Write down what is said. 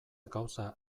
gauza